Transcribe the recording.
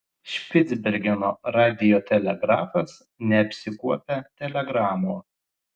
špicbergeno radiotelegrafas neapsikuopia telegramų